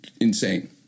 insane